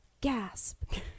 Gasp